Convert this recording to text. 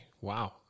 wow